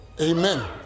Amen